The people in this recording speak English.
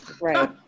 Right